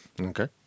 Okay